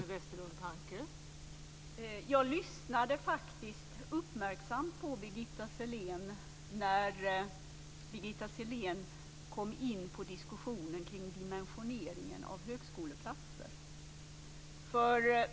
Fru talman! Jag lyssnade faktiskt uppmärksamt på Birgitta Sellén när hon kom in på diskussionen om dimensioneringen av högskoleplatser.